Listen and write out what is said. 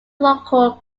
local